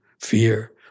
fear